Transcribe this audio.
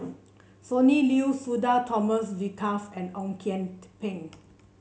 Sonny Liew Sudhir Thomas Vadaketh and Ong Kian Peng